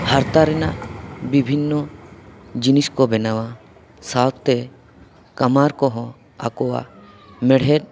ᱦᱟᱨᱛᱟ ᱨᱮᱱᱟᱜ ᱵᱤᱵᱷᱤᱱᱱᱚ ᱡᱤᱱᱤᱥ ᱠᱚ ᱵᱮᱱᱟᱣᱟ ᱥᱟᱶᱛᱮ ᱠᱟᱢᱟᱨ ᱠᱚᱦᱚᱸ ᱟᱠᱚᱣᱟᱜ ᱢᱮᱬᱦᱮᱫ